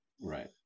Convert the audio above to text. right